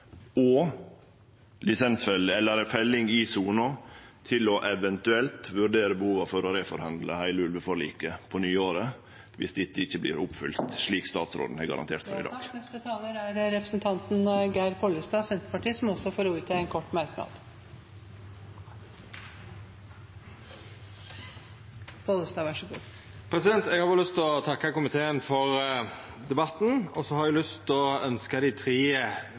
felling i sona, til eventuelt å vurdere behovet for å reforhandle heile ulveforliket på nyåret om dette ikkje vert oppfylt, slik statsråden har garantert for. Representanten Geir Pollestad har hatt ordet to ganger tidligere og får ordet til en kort merknad, begrenset til 1 minutt. Eg har berre lyst til å takka komiteen for debatten, og så har eg lyst til å